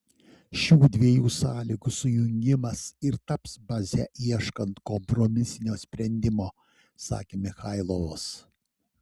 šių dviejų sąlygų sujungimas ir taps baze ieškant kompromisinio sprendimo sakė michailovas